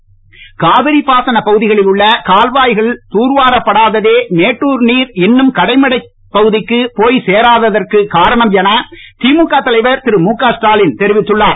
ஸ்டாலின் காவிரி பாசன பகுதிகளில் உள்ள கால்வாய்கள் தூர்வாரப்படாததே மேட்டூர் நீர் இன்னும் கடைமடைப் பகுதிகளுக்கு போய் சேராததற்கு காரணம் என திமுக தலைவர் திரு முக ஸ்டாலின் தெரிவித்துள்ளார்